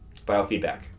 biofeedback